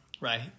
right